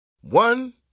One